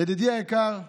ידידי היקר עודד,